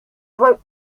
broke